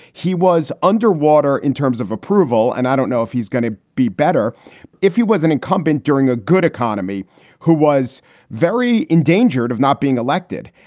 he was underwater in terms of approval. and i don't know if he's going to be better if he was an incumbent during a good economy who was very endangered of not being elected.